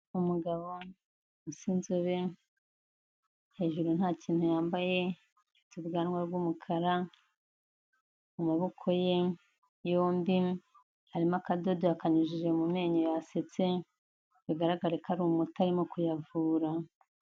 Umugabo usa inzobe hejuru nta kintu yambaye afite ubwanwa bw'umukara amaboko ye yombi harimo akadoda yakanyujije mu menyo yasetse bigaragare ko ari umuti arimo kuyavura.